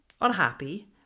unhappy